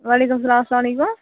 وعلیکُم سلام اسلامُ علیکُم